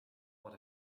what